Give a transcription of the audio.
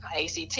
ACT